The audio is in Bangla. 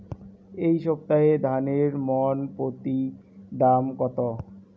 এই সপ্তাহে ধানের মন প্রতি দাম কত?